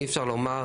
אי אפשר לומר